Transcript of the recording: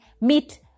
meet